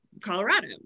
Colorado